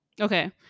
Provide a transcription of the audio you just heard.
okay